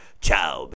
Ciao